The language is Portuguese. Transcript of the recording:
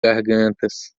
gargantas